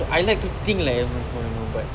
I like to think like I've moved on you know but